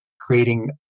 creating